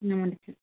ஆமாம் டீச்சர்